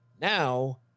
Now